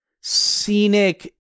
scenic